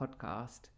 podcast